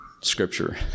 Scripture